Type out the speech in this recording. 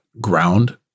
ground